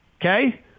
okay